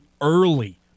early